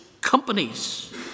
companies